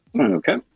Okay